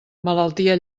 malaltia